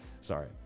Sorry